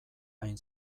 hain